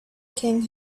king